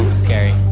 scary,